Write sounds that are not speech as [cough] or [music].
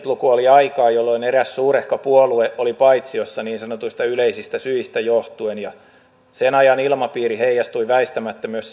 [unintelligible] luku oli aikaa jolloin eräs suurehko puolue oli paitsiossa niin sanotuista yleisistä syistä johtuen sen ajan ilmapiiri heijastui väistämättä myös [unintelligible]